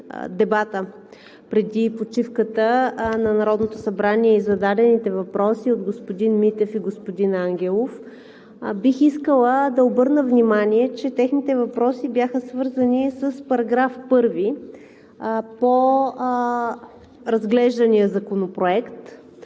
преди почивката и зададените въпроси от господин Митев, и господин Ангелов. Бих искала да обърна внимание, че техните въпроси бяха свързани с § 1 по разглеждания законопроект